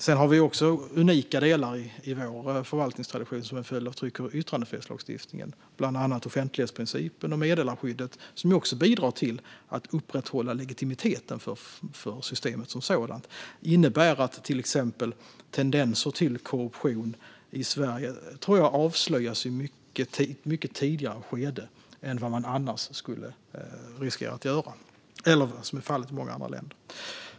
Vi har också unika delar i vår förvaltningstradition som en följd av tryck och yttrandefrihetslagstiftningen, bland annat offentlighetsprincipen och meddelarskyddet, som ju också bidrar till att upprätthålla legitimiteten för systemet som sådant. Det innebär till exempel att tendenser till korruption i Sverige avslöjas i ett mycket tidigare skede än vad som är fallet i många andra länder.